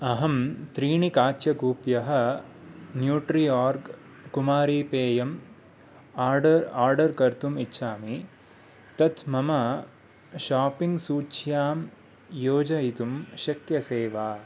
अहं त्रीणि काच्यकूप्यः न्यूट्रि आर्ग् कुमारी पेयम् आर्डर् आर्डर् कर्तुम् इच्छामि तत् मम शाप्पिङ्ग् सूच्यां योजयितुं शक्यसे वा